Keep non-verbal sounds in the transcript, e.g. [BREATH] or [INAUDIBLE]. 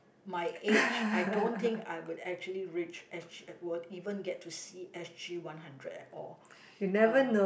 my age I don't think I would actually reach S_G would even get to see S_G one hundred at all [BREATH] uh